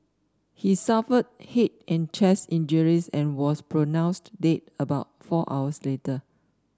he suffered head and chest injuries and was pronounced dead about four hours later